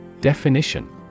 Definition